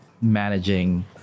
managing